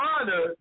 honor